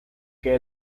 que